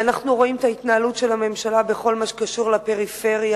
ואנחנו רואים את ההתנהלות של הממשלה בכל מה שקשור לפריפריה,